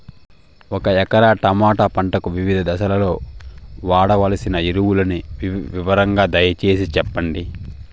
ఒక ఎకరా టమోటా పంటకు వివిధ దశల్లో వాడవలసిన ఎరువులని వివరంగా దయ సేసి చెప్పండి?